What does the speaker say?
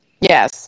Yes